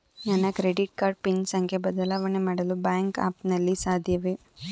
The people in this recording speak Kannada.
ನನ್ನ ಕ್ರೆಡಿಟ್ ಕಾರ್ಡ್ ಪಿನ್ ಸಂಖ್ಯೆ ಬದಲಾವಣೆ ಮಾಡಲು ಬ್ಯಾಂಕ್ ಆ್ಯಪ್ ನಲ್ಲಿ ಸಾಧ್ಯವೇ?